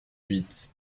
huit